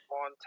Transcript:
on